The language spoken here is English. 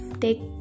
take